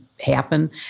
happen